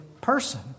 person